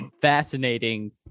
fascinating